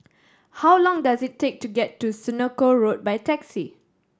how long does it take to get to Senoko Road by taxi